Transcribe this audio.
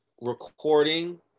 recording